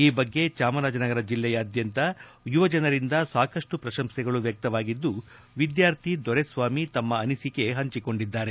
ಈ ಬಗ್ಗೆ ಚಾಮರಾಜನಗರ ಜಿಲ್ಲೆಯಾದ್ಯಂತ ಯುವಜನರಿಂದ ಸಾಕಷ್ಟು ಪ್ರಶಂಸೆಗಳು ವ್ಯಕ್ತವಾಗಿದ್ದು ವಿದ್ಯಾರ್ಥಿ ದೊರೆಸ್ವಾಮಿ ತಮ್ಮ ಅನಿಸಿಕೆ ಹಂಚಿಕೊಂಡಿದ್ದಾರೆ